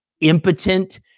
impotent